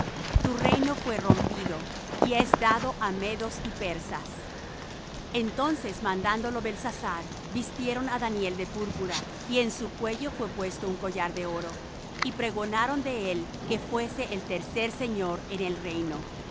tu reino fué rompido y es dado á medos y persas entonces mandándolo belsasar vistieron á daniel de púrpura y en su cuello fué puesto un collar de oro y pregonaron de él que fuese el tercer señor en el reino la